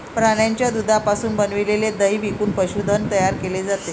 प्राण्यांच्या दुधापासून बनविलेले दही विकून पशुधन तयार केले जाते